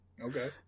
Okay